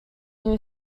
new